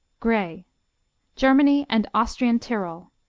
grey germany and austrian tyrol